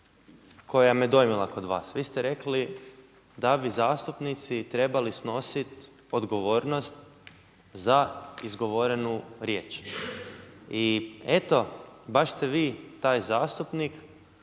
koja me je dojmila kod vas, vi ste rekli da bi zastupnici trebali snositi odgovornost za izgovorenu riječ. I eto, baš ste vi taj zastupnik